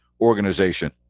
organization